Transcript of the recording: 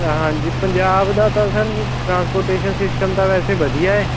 ਹਾਂਜੀ ਪੰਜਾਬ ਦਾ ਤਾਂ ਸਰ ਟਰਾਂਸਪੋਰਟੇਸ਼ਨ ਸਿਸਟਮ ਤਾਂ ਵੈਸੇ ਵਧੀਆ ਹੈ